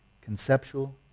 conceptual